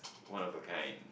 one of a kind